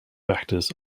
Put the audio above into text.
actors